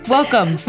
Welcome